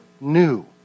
new